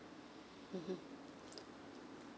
(uh huh)